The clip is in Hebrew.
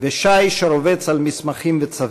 לשיש הרובץ על מסמכים וצווים.